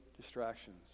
distractions